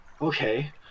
okay